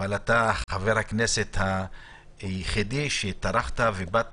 אתה חבר הכנסת היחידי שטרח ובא.